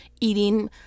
eating